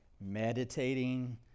meditating